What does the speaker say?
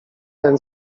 ten